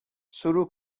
شروع